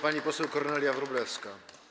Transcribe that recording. Pani poseł Kornelia Wróblewska.